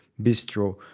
bistro